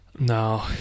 No